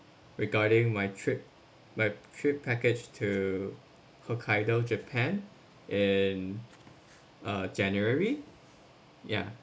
regarding my trip my trip package to hokkaido japan in uh january ya